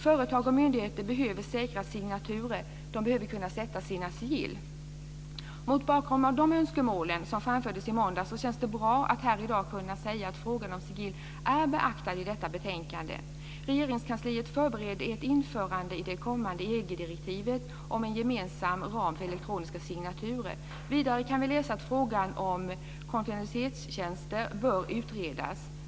Företag och myndigheter behöver säkra signaturer. De behöver kunna sätta sina sigill. Mot bakgrund av de önskemål som framfördes i måndags så känns det bra att här i dag kunna säga att frågan om sigill är beaktad i detta betänkande. Regeringskansliet förbereder ett införande i det kommande EG-direktivet av en gemensam ram för elektroniska signaturer. Vidare kan vi läsa att frågan om konfidentialitetstjänster bör utredas.